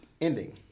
ending